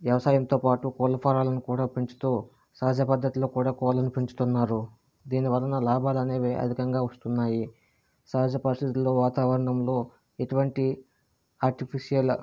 వ్యవసాయంతో పాటు కోళ్ల ఫారాలను కూడా పెంచుతూ సహజ పద్ధతిలో కూడా కోళ్లను పెంచుతున్నారు దీని వలన లాభాలు అనేవి అధికంగా వస్తున్నాయి సహజ పరిస్థితులు వాతావరణంలో ఎటువంటి ఆర్టిఫిషియల్